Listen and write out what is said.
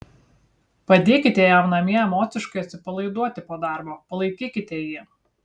padėkite jam namie emociškai atsipalaiduoti po darbo palaikykite jį